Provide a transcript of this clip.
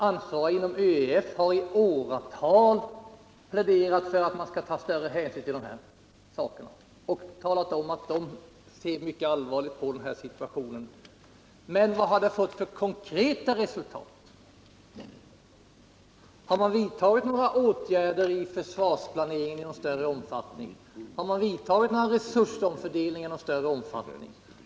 Ansvariga inom ÖEF har i åratal pläderat för att man skall ta större hänsyn till dessa frågor, och de har framhållit att de ser mycket allvarligt på situationen. Men vad har allt detta fått för konkreta resultat? Har man vid ivärsvarsplaneringen vidtagit några åtgärder av större omfattning? Har det gjorts någon resursomfördelning att tala om?